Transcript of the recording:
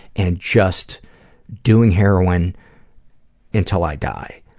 and just doing heroin until i die.